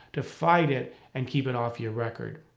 to fight it and keep it off your record.